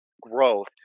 growth